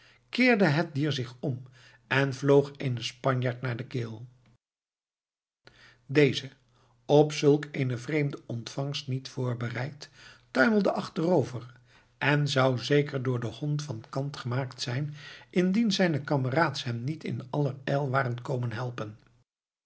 keerde het dier zich om en vloog eenen spanjaard naar de keel deze op zulk eene vreemde ontvangst niet voorbereid tuimelde achterover en zou zeker door den hond van kant gemaakt zijn indien zijne kameraads hem niet in allerijl waren komen helpen